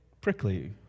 prickly